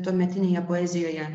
tuometinėje poezijoje